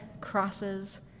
crosses